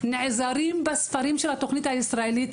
נעזרים בספרים של התוכנית הישראלית,